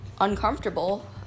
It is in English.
uncomfortable